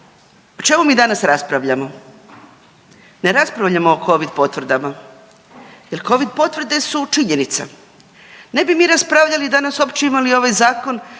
o čemu mi danas raspravljamo? Ne raspravljamo o Covid potvrdama jer Covid potvrde su činjenica. Ne bi mi raspravljali i danas uopće imali ovaj zakon